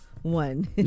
One